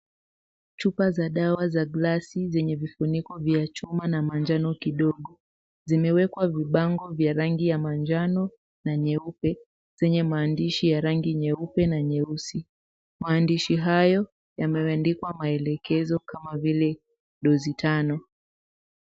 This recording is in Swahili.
Chupa za dawa za glasi zenye vifuniko za chuma na manjano kidogo zimewekwa vibango vya rangi ya manjano na nyeupe zenye maandishi ya rangi nyeupe na nyeusi. Maandishi hayo yameandikwa maelekezo kama vile dozi tano.